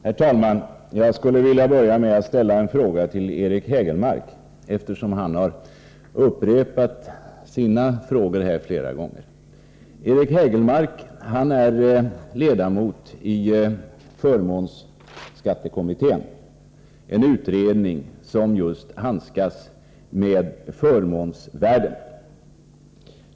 Herr talman! Jag skulle vilja börja med att ställa en fråga till Eric Hägelmark, eftersom han har upprepat sina frågor flera gånger. Eric Hägelmark är ledamot i förmånsskattekommittén, en utredning som just handskas med förmånsvärden.